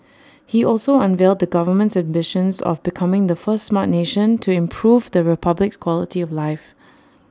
he also unveiled the government's ambitions of becoming the first Smart Nation to improve the republic's quality of life